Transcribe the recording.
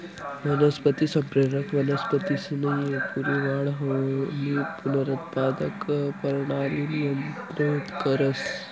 वनस्पती संप्रेरक वनस्पतीसनी पूरी वाढ आणि पुनरुत्पादक परणाली नियंत्रित करस